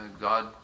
God